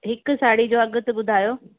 हिकु साड़ीअ जो अघु त ॿुधायो